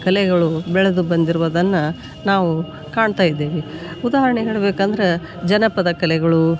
ಕಲೆಗಳು ಬೆಳೆದು ಬಂದಿರುವುದನ್ನು ನಾವು ಕಾಣ್ತಾಯಿದ್ದೇವೆ ಉದಾಹರಣೆ ಹೇಳ್ಬೆಕಂದ್ರೆ ಜನಪದ ಕಲೆಗಳು